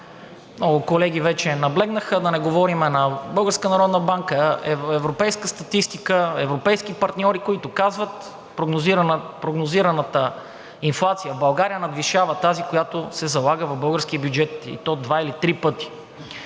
много колеги вече наблегнаха, да не говорим, на Българска народна банка, европейска статистика, европейски партньори, които казват: прогнозираната инфлация в България надвишава тази, която се залага в българския бюджет, и то два или три пъти.